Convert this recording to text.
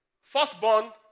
Firstborn